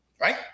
right